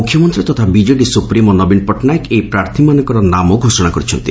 ମୁଖ୍ୟମନ୍ତୀ ତଥା BJD supremo ନବୀନ ପଟ୍ଟନାୟକ ଏହି ପ୍ରାର୍ଥୀମାନଙ୍କର ନାମ ଘୋଷଣା କରିଛନ୍ତି